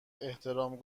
احترام